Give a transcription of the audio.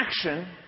action